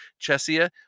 Chesia